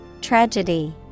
Tragedy